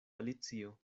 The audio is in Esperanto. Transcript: alicio